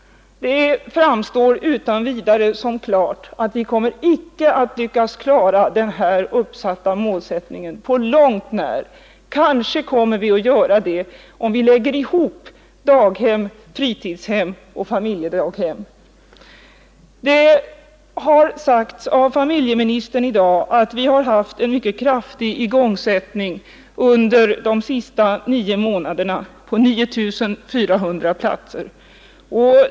Det framstår utan vidare som klart att vi icke på långt när kommer att lyckas klara den uppsatta målsättningen. Kanske kommer vi att göra det om vi lägger ihop platserna i daghem, fritidshem och familjedaghem. Familjeministern har i dag sagt att vi har haft en mycket kraftig igångsättning under de senaste nio månaderna — 9 400 platser.